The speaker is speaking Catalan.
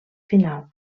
final